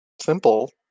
simple